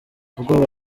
ubwoba